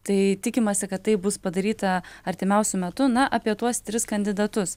tai tikimasi kad tai bus padaryta artimiausiu metu na apie tuos tris kandidatus